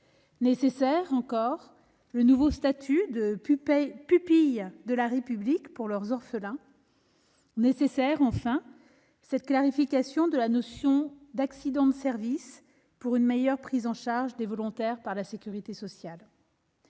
comme le sont le nouveau statut de pupille de la République pour leurs orphelins et la clarification de la notion d'accident de service, pour une meilleure prise en charge des volontaires par la sécurité sociale.